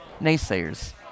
naysayers